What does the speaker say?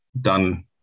done